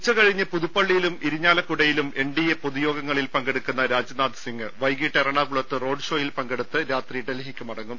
ഉച്ചകഴിഞ്ഞ് പുതുപ്പള്ളിയിലും ഇരിഞ്ഞാലക്കുടയിലും എൻഡിഎ പൊതു യോഗങ്ങളിൽ പങ്കെടുക്കുന്ന രാജ്നാഥ് സിങ്ങ് വൈകീട്ട് എറണാകുളത്ത് റോഡ് ഷോയിൽ പങ്കെടുത്ത് രാത്രി ഡൽഹിക്ക് മടങ്ങും